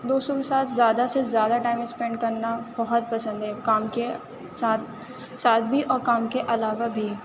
دوستوں کے ساتھ زیادہ سے زیادہ ٹائم اسپینڈ کرنا بہت پسند ہے کام کے ساتھ ساتھ بھی اور کام کے علاوہ بھی